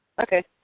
Okay